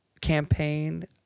campaign